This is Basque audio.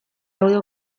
audio